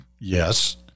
Yes